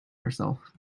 herself